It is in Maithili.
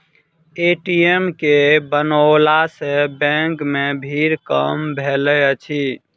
ए.टी.एम के बनओला सॅ बैंक मे भीड़ कम भेलै अछि